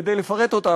כדי לפרט אותה,